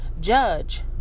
Judge